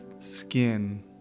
skin